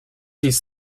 these